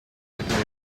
secondary